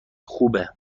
خوبه